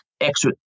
extra